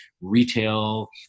retail